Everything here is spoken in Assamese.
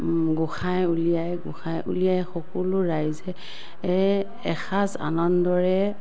গোঁসাই উলিয়াই গোঁসাই উলিয়াই সকলো ৰাইজে এসাঁজ আনন্দৰে